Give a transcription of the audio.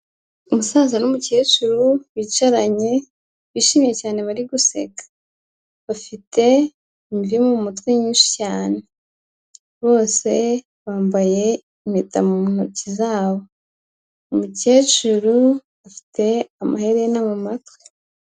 Umusaza n'umukecuru bicaranye, bishimye cyane bari guseka, bafite imvi mu mutwe nyinshi cyane, bose bambaye impeta mu ntoki zabo, umukecuru afite amaherena mu matwi.